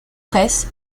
press